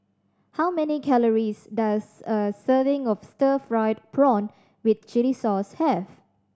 how many calories does a serving of stir fried prawn with chili sauce have